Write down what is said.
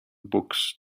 books